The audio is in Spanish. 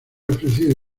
ofrecido